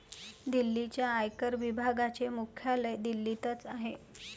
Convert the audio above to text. दिल्लीच्या आयकर विभागाचे मुख्यालय दिल्लीतच आहे